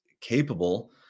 capable